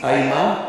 האם מה?